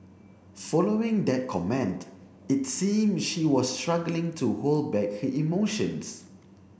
following that comment it seemed she was struggling to hold back he emotions